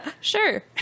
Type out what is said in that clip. sure